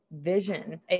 vision